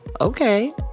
okay